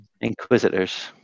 Inquisitors